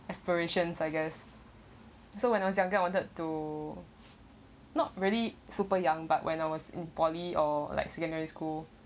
aspirations I guess so when I was younger I wanted to not really super young but when I was in poly or like secondary school